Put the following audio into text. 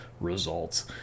results